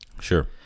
Sure